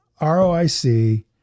ROIC